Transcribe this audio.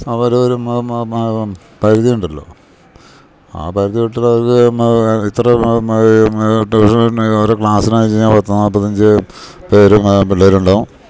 അവർ ഒരു പരിധിയുണ്ടല്ലോ ആ പരിധി വിട്ടാലവർ ഇത്ര ട്യൂഷൻ ഓരോ ക്ലാസ്സിനാച്ച്ഴിഞ്ഞാൽ പത്ത് നാൽപ്പത്തി അഞ്ച് പേരും പിള്ളേരുണ്ടാവും